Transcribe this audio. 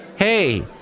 Hey